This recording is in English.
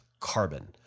carbon